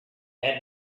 had